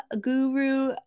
Guru